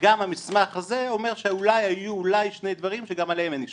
וגם המסמך הזה אומר שאולי היו שני דברים שגם עליהם אין אישור.